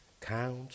Count